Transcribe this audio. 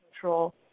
control